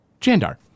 Jandar